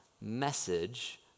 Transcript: message